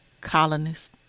colonists